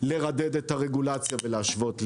לרדד את הרגולציה ולהשוות לאירופה.